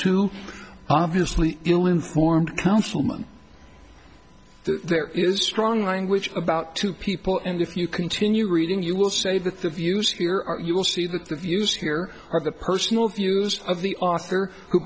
two obviously ill informed councilman there is strong language about two people and if you continue reading you will say that the views here are you will see that the views here are the personal views of the author who